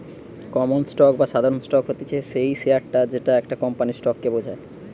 common stock বা সাধারণ stock হতিছে সেই শেয়ারটা যেটা একটা কোম্পানির স্টক কে বোঝায়